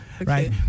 right